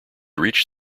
reached